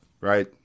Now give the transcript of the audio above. right